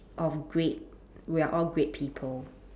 of great we are all great people